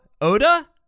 Oda